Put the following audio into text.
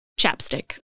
Chapstick